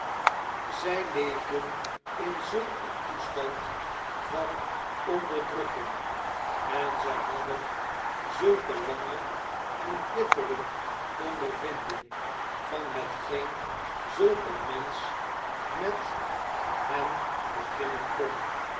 ztj leefden in zulk een toestand van onderdrukking en zij hadden zulke lange enbittere ondervinding van hetgeen zulk een mensch met hen beginnen kon